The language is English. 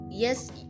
Yes